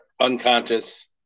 unconscious